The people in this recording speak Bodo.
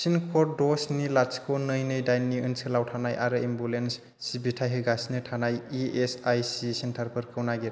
पिनकड द' स्नि लाथिख' नै नै दाइननि ओनसोलाव थानाय आरो एम्बुलेन्स सिबिथाय होगासिनो थानाय इएसआईसि सेन्टारफोरखौ नागिर